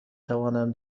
توانم